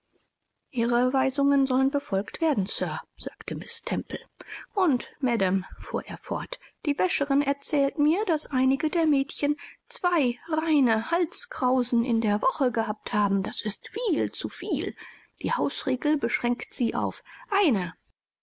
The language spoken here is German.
ihre weisungen sollen befolgt werden sir sagte miß temple und madam fuhr er fort die wäscherin erzählt mir daß einige der mädchen zwei reine halskrausen in der woche gehabt haben das ist viel zu viel die hausregel beschränkt sie auf eine